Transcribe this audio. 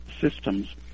systems